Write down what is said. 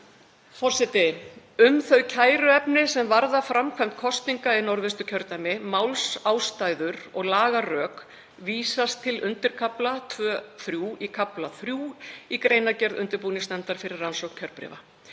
Forseti. Um þau kæruefni sem varða framkvæmd kosninga í Norðvesturkjördæmi, málsástæður og lagarök vísast til undirkafla 2.3 í kafla III í greinargerð undirbúningsnefndar fyrir rannsókn kjörbréfa.